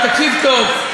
תקשיב טוב,